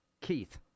Keith